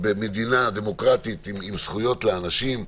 במדינה דמוקרטית עם זכויות לאנשים,